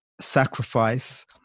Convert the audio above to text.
sacrifice